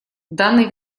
данной